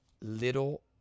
little